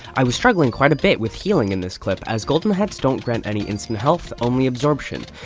i was struggling quite a bit with healing in this clip, as golden heads don't grant any instant health, only absorption.